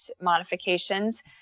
modifications